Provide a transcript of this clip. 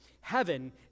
Heaven